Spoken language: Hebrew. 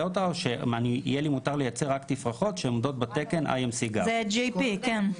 אותן או שיהיה לי מותר לייצא רק תפרחות שעומדות בתקן GAP-IMC. GAP. כן.